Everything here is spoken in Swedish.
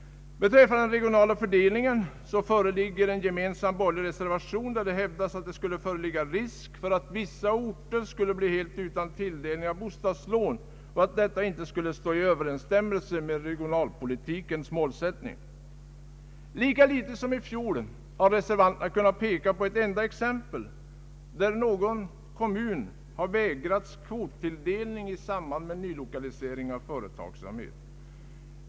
Beträffande den regionala fördelningen föreligger en gemensam borgerlig reservation, där det hävdas att det skulle finnas risk för att vissa orter skulle bli helt utan tilldelning av bostadslån och att detta inte skulle stå i överensstämmelse med regionalpolitikens målsättning. Lika litet som i fjol har reservanterna kunnat peka på något enda exempel där en kommun vägrats kvottilldelning i samband med nylokalisering av företagsamhet.